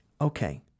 Okay